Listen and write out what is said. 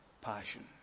passion